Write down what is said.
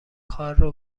کارو